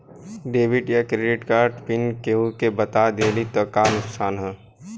Debit या credit card pin केहूके बता दिहला से का नुकसान ह?